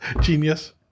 genius